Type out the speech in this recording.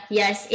yes